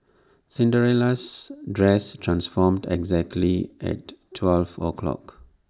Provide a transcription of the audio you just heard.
Cinderella's dress transformed exactly at twelve o' clock